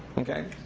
okay.